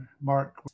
Mark